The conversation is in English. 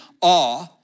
awe